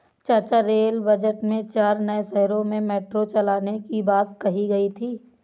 चाचा rail budget में चार नए शहरों में मेट्रो चलाने की बात कही गई थी